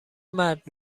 مرد